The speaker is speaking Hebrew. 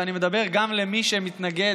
ואני מדבר גם למי שמתנגד.